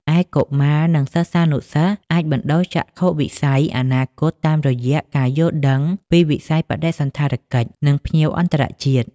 ឯកុមារ និងសិស្សានុសិស្សអាចបណ្ដុះចក្ខុវិស័យអនាគតតាមរយៈការយល់ដឹងពីវិស័យបដិសណ្ឋារកិច្ច និងភ្ញៀវអន្តរជាតិ។